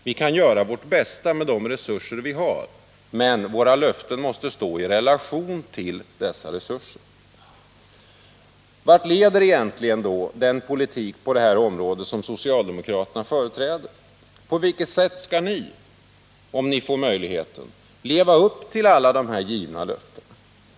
Vi kan göra vårt bästa med de resurser vi har, men våra löften måste stå i relation till dessa resurser. Vart leder egentligen den politik på detta område som socialdemokraterna företräder? På vilket sätt skall ni, om ni får möjligheten, leva upp till alla de givna löftena?